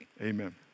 amen